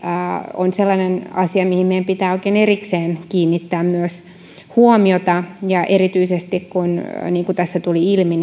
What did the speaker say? on sellainen asia mihin meidän pitää oikein erikseen kiinnittää huomiota erityisesti kun niin kuin tässä tuli ilmi